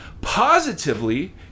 Positively